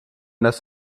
das